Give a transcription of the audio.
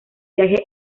viaje